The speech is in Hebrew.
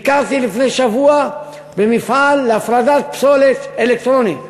ביקרתי לפני שבוע במפעל להפרדת פסולת אלקטרונית,